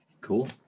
Cool